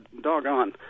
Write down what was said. Doggone